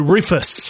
Rufus